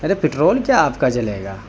ارے petrol کیا آپ کا جلے گا